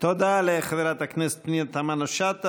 תודה לחברת הכנסת פנינה תמנו-שטה.